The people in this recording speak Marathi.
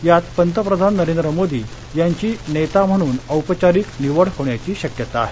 यात पंतप्रधान नरेंद्र मोदी यांची नेता म्हणून औपचारिक निवड होण्याची शक्यता आहे